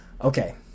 Okay